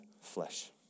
flesh